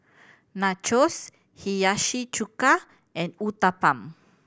Nachos Hiyashi Chuka and Uthapam